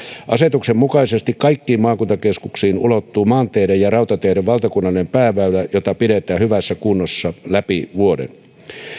asetuksen mukaisesti kaikkiin maakuntakeskuksiin ulottuu maanteiden ja rautateiden valtakunnallinen pääväylä jota pidetään hyvässä kunnossa läpi vuoden